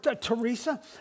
Teresa